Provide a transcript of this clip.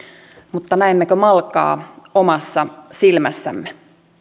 mutta näemmekö malkaa omassa silmässämme